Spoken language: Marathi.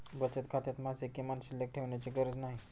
बचत खात्यात मासिक किमान शिल्लक ठेवण्याची गरज नाही